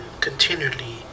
continually